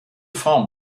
form